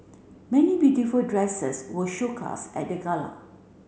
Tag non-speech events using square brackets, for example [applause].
many beautiful dresses were [unintelligible] at that gala